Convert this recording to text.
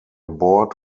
board